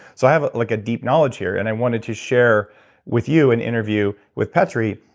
so i have like a deep knowledge here, and i wanted to share with you an interview with petteri,